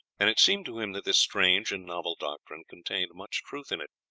and it seemed to him that this strange and novel doctrine contained much truth in it.